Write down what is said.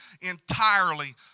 entirely